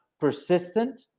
persistent